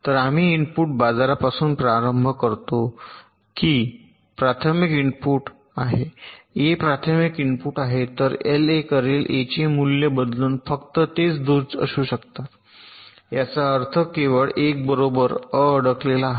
तर आम्ही इनपुट बाजूपासून प्रारंभ करतो की ला प्राथमिक इनपुट आहे ए प्राथमिक इनपुट आहे तर एलए करेल ए चे मूल्य बदलून फक्त तेच दोष असू शकतात याचा अर्थ केवळ 1 बरोबर अ अडकलेला आहे